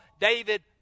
David